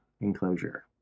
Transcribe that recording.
enclosure